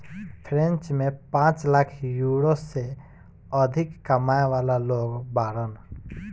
French में पांच lakh euro से अधिक कमाए वाला लोग बाड़न